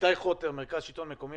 איתי חוטר, מרכז שלטון מקומי.